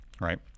right